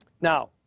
Now